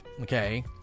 okay